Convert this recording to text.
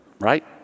Right